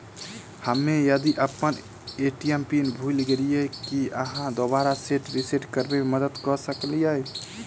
हम्मे यदि अप्पन ए.टी.एम पिन भूल गेलियै, की अहाँ दोबारा सेट रिसेट करैमे मदद करऽ सकलिये?